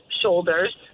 shoulders